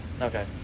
Okay